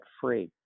free